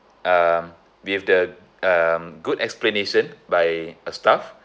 um with the um good explanation by a staff